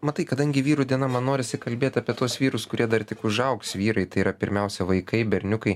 matai kadangi vyrų diena man norisi kalbėt apie tuos vyrus kurie dar tik užaugs vyrai tai yra pirmiausia vaikai berniukai